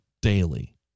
daily